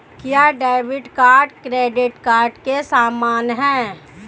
क्या debit card credit card के समान है?